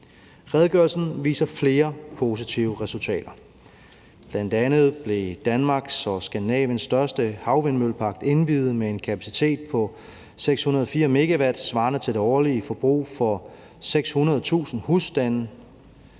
Redegørelsen viser flere positive resultater. Bl.a. blev Danmark og Skandinaviens største havvindmøllepark indviet med en kapacitet på 604 MW svarende til det årlige forbrug for 600.000 husstande.